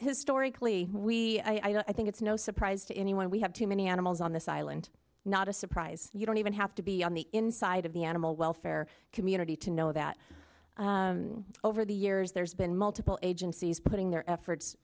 historically we i think it's no surprise to anyone we have too many animals on this island not a surprise you don't even have to be on the inside of the animal welfare community to know that over the years there's been multiple agencies putting their efforts